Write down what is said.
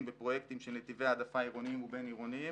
בפרויקטים של נתיבי העדפה עירוניים ובינעירוניים,